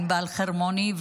ענבל חרמוני,